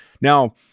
now